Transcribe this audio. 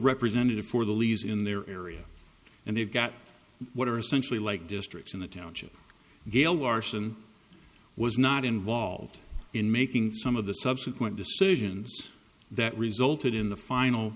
representative for the leaders in their area and they've got what are essentially like districts in the township gail larson was not involved in making some of the subsequent decisions that resulted in the final